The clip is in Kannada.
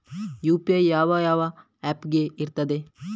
ಯು.ಪಿ.ಐ ಯಾವ ಯಾವ ಆಪ್ ಗೆ ಇರ್ತದೆ?